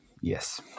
Yes